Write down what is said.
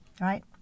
right